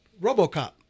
Robocop